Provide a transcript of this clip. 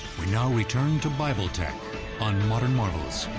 we now return to bible tech on modern marvels.